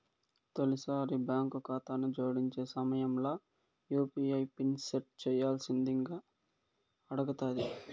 తొలిసారి బాంకు కాతాను జోడించే సమయంల యూ.పీ.ఐ పిన్ సెట్ చేయ్యాల్సిందింగా అడగతాది